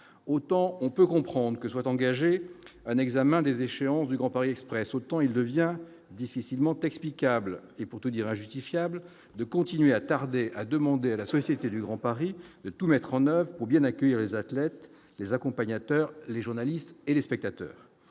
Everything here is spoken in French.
autant on peut comprendre que soit engagé un examen des échéances du Grand Paris Express, autant il devient difficilement explicable et pour tout dire injustifiable de continuer a tardé à demander à la Société du Grand Paris tout mettre en oeuvre pour bien accueillir les athlètes, les accompagnateurs, les journalistes et les spectateurs,